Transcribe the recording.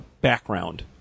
background